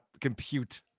compute